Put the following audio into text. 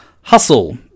hustle